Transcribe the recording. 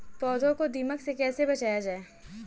पौधों को दीमक से कैसे बचाया जाय?